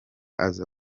aza